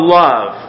love